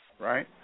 right